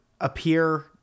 appear